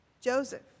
Joseph